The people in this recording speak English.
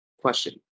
question